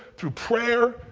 through prayer,